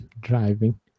driving